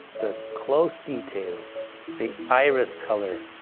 the close details the iris color,